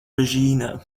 regina